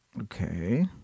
Okay